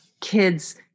kids